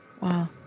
Wow